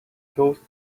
closed